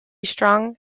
strung